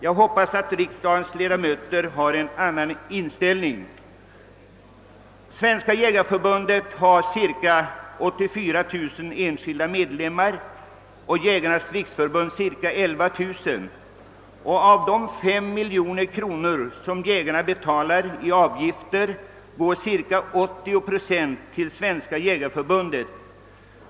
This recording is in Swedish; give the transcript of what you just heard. Jag hoppas att riksdagens ledamöter har en annan inställning. Svenska jägareförbundet har cirka 34 000 enskilda medlemmar och Jägarnas riksförbund cirka 11000. Av de fem miljoner kronor som jägarna betalar i avgifter går cirka 80 procent till Svenska jägareförbundet.